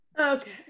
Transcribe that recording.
Okay